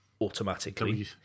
automatically